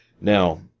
Now